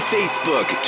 Facebook